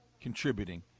contributing